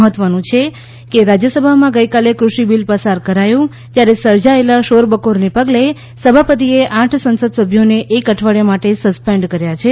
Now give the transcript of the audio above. મહત્વનું છે કે રાજ્યસભામાં ગઈકાલે કૃષિ બિલ પસાર કરાયું ત્યારે સર્જાયેલા શોરબકોરને પગલે સભાપતિએ આઠ સંસદ સભ્યોને એક અઠવાડાય માટે સસ્પેન્ડ કર્યા છે